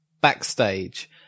Backstage